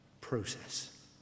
process